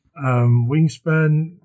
Wingspan